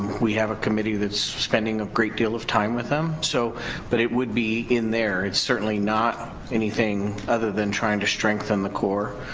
we have a committee that's spending a great deal of time with them, so but it would be in there, it's certainly not anything other than trying to strengthen the core,